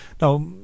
Now